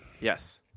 Yes